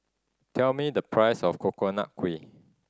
tell me the price of Coconut Kuih